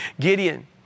Gideon